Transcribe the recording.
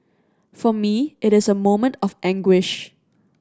for me it is a moment of anguish